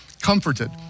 comforted